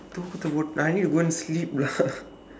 தூக்கத்த போட்டு:thuukkaththa pootdu I need to go and sleep lah